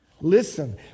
Listen